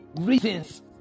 reasons